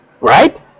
right